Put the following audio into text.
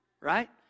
right